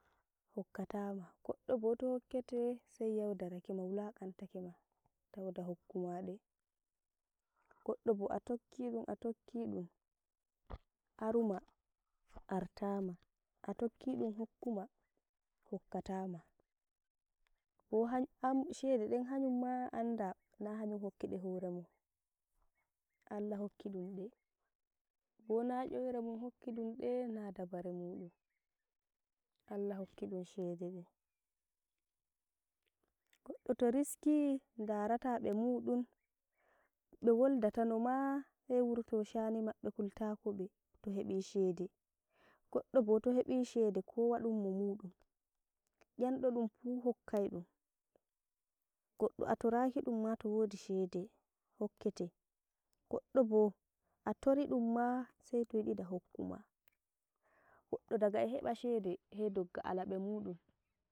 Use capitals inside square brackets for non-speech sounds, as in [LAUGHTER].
Hokkatama, goɗɗo bo to hokkete sai yaudarake ma wulakantake ma, tawo da hokkuma ɗei goɗɗo bo a tokkimu a tokkidum, aruma artama, a tokkidum hokkuma [NOISE] hokkata ma [NOISE] bo han an shede ɗen hanyum ma anda na hanyum hokki ɗe horemun [NOISE] Allah hokkiɗum de [NOISE] Bo na nyoire mun hokki ɗum ɗe, na dabare mu ɗum [NOISE] Allah hokki dum shede ɗen, goɗɗo toriski ndarata ɓe muɗum [NOISE] ɓe woldatano maa hei wurto shani maɓɓe kultako ɓeto heɓi shede. Goɗɗo bo to hebi shede kowa ɗum mo mudum yamɗo ɗum pu hokkai ɗum, goɗɗo a toraki dum ma tawodi shede hokkete [NOISE] goɗɗo bo atoriɗum maa sai toyiɗi da hokkuma [NOISE] goɗɗo daga a heba shede hei dogga ala bemudum [NOISE]